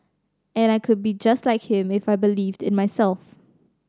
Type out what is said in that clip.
and I could be just like him if I believed in myself